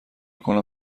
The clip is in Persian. کنم